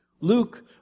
Luke